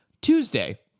Tuesday